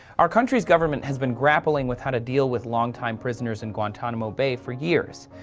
our country's government has been grappling with how to deal with long-time prisoners in guantanamo bay for years.